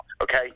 okay